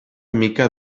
mica